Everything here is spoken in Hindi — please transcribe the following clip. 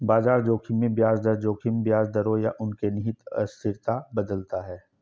बाजार जोखिम में ब्याज दर जोखिम ब्याज दरों या उनके निहित अस्थिरता बदलता है